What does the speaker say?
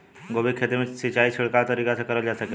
गोभी के खेती में सिचाई छिड़काव तरीका से क़रल जा सकेला?